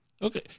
Okay